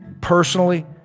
personally